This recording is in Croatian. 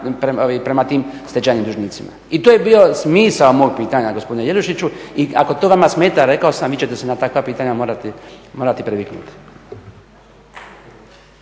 prema tim stečajnim dužnicima. I to je bio smisao mog pitanja gospodine Jelušiću i ako to vama smeta rekao sam vi ćete se na takva pitanja morati priviknuti.